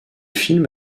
film